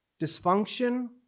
dysfunction